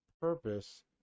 purpose